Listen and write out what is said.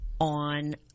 on